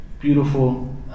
beautiful